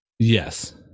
Yes